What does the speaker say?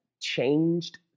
changed